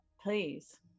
please